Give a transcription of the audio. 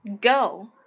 Go